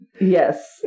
yes